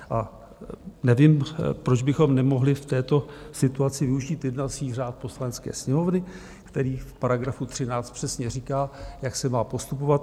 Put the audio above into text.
A nevím, proč bychom nemohli v této situaci využít jednací řád Poslanecké sněmovny, který v § 13 přesně říká, jak se má postupovat.